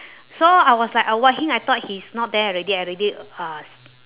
so I was like avoid him I thought he's not there already I already uh